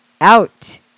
out